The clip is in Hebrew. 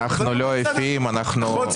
כמובן חוץ